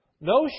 No